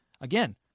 again